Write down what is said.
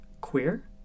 Queer